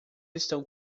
estão